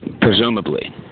presumably